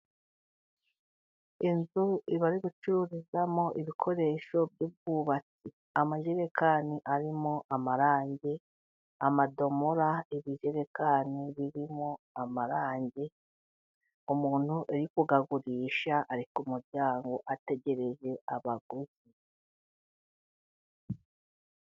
Inzu bari gucururizamo ibikoresho by'ubwubatsi .Amajerekani arimo amarangi, Amajerekani arimo amarangi .Umuntu uri kuyagurisha ari ku murango ategereje abaguzi.